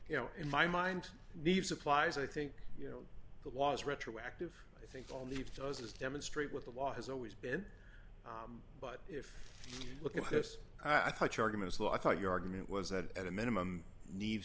you know in my mind need supplies i think you know the laws retroactive i think all the it does is demonstrate what the law has always been but if you look at this i thought charging as well i thought your argument was that at a minimum need